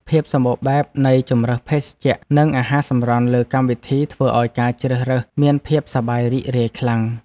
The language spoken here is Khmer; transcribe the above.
ភាពសម្បូរបែបនៃជម្រើសភេសជ្ជៈនិងអាហារសម្រន់លើកម្មវិធីធ្វើឱ្យការជ្រើសរើសមានភាពសប្បាយរីករាយខ្លាំង។